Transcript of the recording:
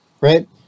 right